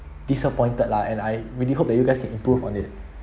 disappointed lah and I really hope that you guys can improve on it